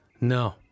No